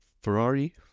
Ferrari